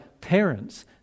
parents